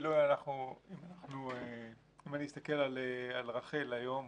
אם אני מסתכל על רח"ל היום,